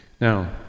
now